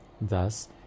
Thus